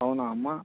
అవునా అమ్మ